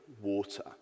water